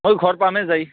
মই ঘৰ পামে যায়